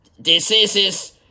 diseases